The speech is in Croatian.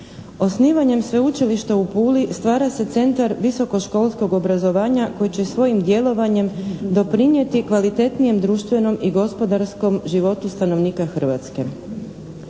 Osnivanjem Sveučilišta u Puli stvara se centar visokoškolskog obrazovanja koji će svojim djelovanjem doprinijeti kvalitetnijem društvenom i gospodarskom životu stanovnika Hrvatske.